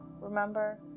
Remember